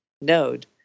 Node